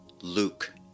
Luke